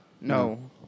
No